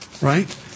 Right